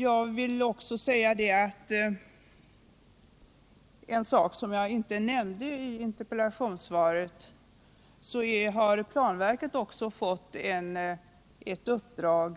Jag vill också nämna en sak som jag inte nämnde i interpellationssvaret. Planverket har fått i uppdrag